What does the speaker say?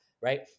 right